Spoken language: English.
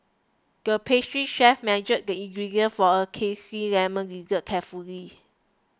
the pastry chef measured the ingredients for a Zesty Lemon Dessert carefully